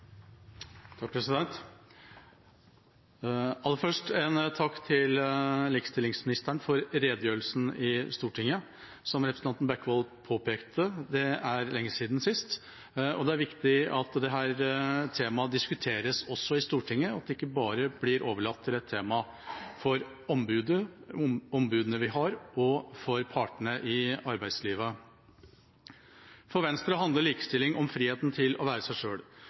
det lenge siden sist. Det er viktig at dette temaet diskuteres også i Stortinget, at det ikke bare blir overlatt som tema for ombudene vi har, og for partene i arbeidslivet. For Venstre handler likestilling om friheten til å være seg